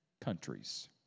countries